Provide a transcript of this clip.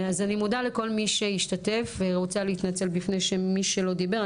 אז אני מודה לכל מי שהשתתף ורוצה להתנצל בפני מי שלא דיבר.